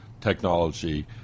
technology